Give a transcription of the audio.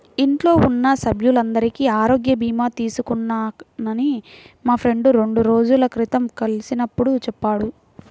ఇంట్లో ఉన్న సభ్యులందరికీ ఆరోగ్య భీమా తీసుకున్నానని మా ఫ్రెండు రెండు రోజుల క్రితం కలిసినప్పుడు చెప్పాడు